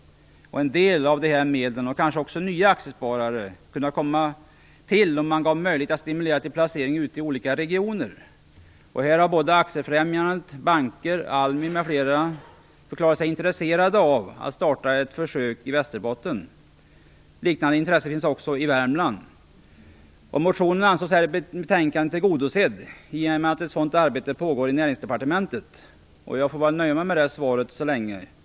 En del av dessa medel och kanske också nya aktiesparare kan komma till om man gav möjlighet att stimulera till placering ute i olika regioner. Här har Aktiefrämjandet, banker, ALMI m.fl. förklarat sig intresserade av att starta ett försök i Västerbotten. Det finns också liknande intressen i Motionen anses i betänkandet tillgodosedd, i och med att ett sådant arbete pågår i Näringsdepartementet, och jag får väl nöja mig med det svaret så länge.